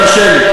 תרשה לי,